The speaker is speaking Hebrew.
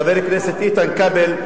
חבר הכנסת איתן כבל,